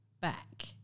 back